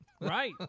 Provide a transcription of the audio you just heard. Right